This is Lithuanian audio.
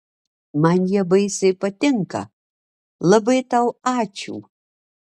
man jie baisiai patinka labai tau ačiū